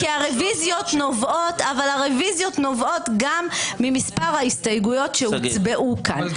אבל הרוויזיות נובעות גם ממספר ההסתייגויות שהוצבעו כאן.